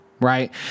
right